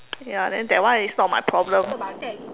ya then that one is not my problem